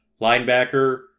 linebacker